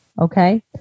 okay